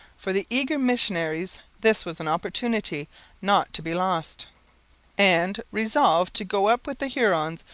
for the eager missionaries this was an opportunity not to be lost and, resolved to go up with the hurons,